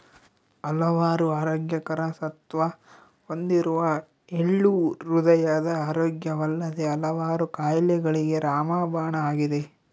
ಹಲವಾರು ಆರೋಗ್ಯಕರ ಸತ್ವ ಹೊಂದಿರುವ ಎಳ್ಳು ಹೃದಯದ ಆರೋಗ್ಯವಲ್ಲದೆ ಹಲವಾರು ಕಾಯಿಲೆಗಳಿಗೆ ರಾಮಬಾಣ ಆಗಿದೆ